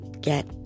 get